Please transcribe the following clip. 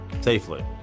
safely